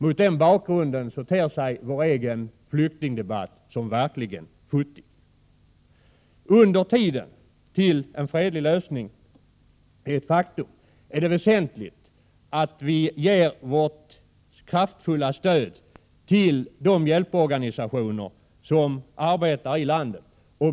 Mot den bakgrunden ter sig vår egen flyktingdebatt såsom verkligen futtig. Under tiden fram till att en fredlig lösning är ett faktum är det väsentligt att vi ger vårt kraftfulla stöd till de hjälporganisationer som arbetar i landet.